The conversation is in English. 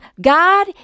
God